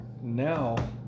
Now